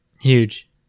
Huge